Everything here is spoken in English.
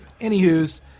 Anywho's